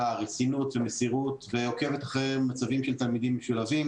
רצינות ומסירות ועוקבת אחרי מצבים של תלמידים משולבים.